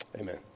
Amen